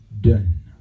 done